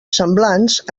semblants